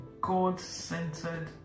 God-centered